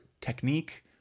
technique